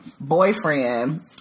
boyfriend